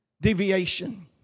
deviation